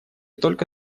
только